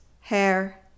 hair